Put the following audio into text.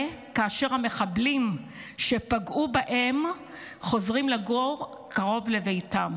כאשר המחבלים שפגעו בהם חוזרים לגור קרוב לביתם?